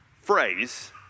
phrase